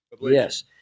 Yes